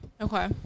Okay